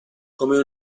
come